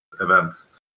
events